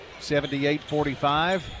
78-45